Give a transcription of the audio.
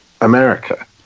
America